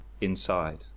inside